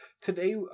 today